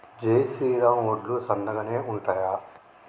జై శ్రీరామ్ వడ్లు సన్నగనె ఉంటయా?